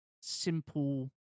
simple